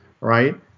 right